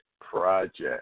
project